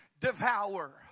devour